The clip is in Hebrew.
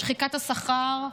לשחיקת השכר,